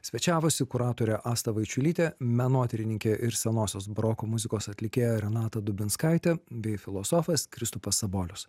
svečiavosi kuratorė asta vaičiulytė menotyrininkė ir senosios baroko muzikos atlikėja renata dubinskaitė bei filosofas kristupas sabolius